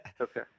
okay